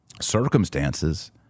circumstances